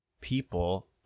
people